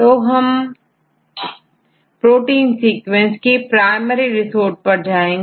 तो हम protein sequence का प्राइमरी रिसोर्ट देखेंगे